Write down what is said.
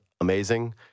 amazing